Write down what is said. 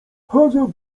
chodzę